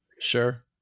sure